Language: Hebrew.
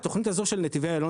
לכן התכנית הזו של נתיבי איילון,